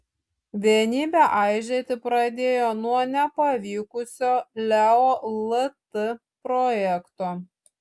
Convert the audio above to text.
vienybė aižėti pradėjo nuo nepavykusio leo lt projekto